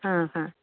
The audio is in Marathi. हां हां